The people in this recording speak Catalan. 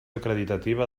acreditativa